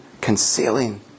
concealing